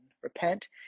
Repent